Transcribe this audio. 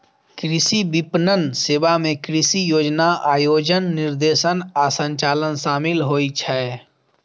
कृषि विपणन सेवा मे कृषि योजना, आयोजन, निर्देशन आ संचालन शामिल होइ छै